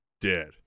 Dead